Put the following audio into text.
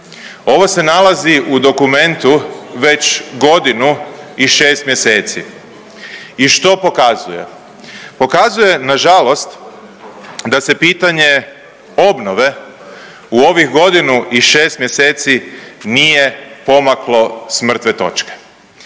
ovo se nalazi u dokumentu već godinu i 6. mjeseci i što pokazuje? Pokazuje nažalost da se pitanje obnove u ovih godinu i 6. mjeseci nije pomaklo s mrtve točke